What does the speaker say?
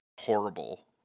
horrible